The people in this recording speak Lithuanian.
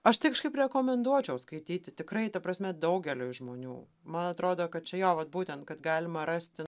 aš tai kažkaip rekomenduočiau skaityti tikrai ta prasme daugeliui žmonių man atrodo kad čia jo vat būtent kad galima rasti